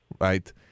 Right